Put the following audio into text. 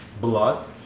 blood